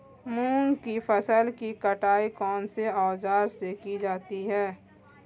मूंग की फसल की कटाई कौनसे औज़ार से की जाती है?